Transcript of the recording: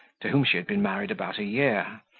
to whom she had been married about a year,